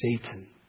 Satan